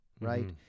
right